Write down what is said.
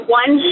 one